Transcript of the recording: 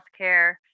healthcare